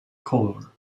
color